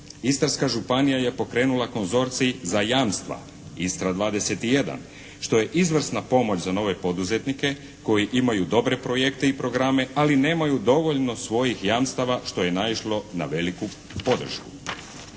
Istarska županija je pokrenula konzorcij za jamstva Istra 21 što je izvrsna pomoć za nove poduzetnike koji imaju dobre projekte i programe, ali nemaju dovoljno svojih jamstava što je naišlo na veliku podršku.